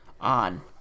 on